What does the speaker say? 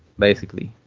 basically.